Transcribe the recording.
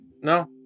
No